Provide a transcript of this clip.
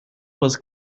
was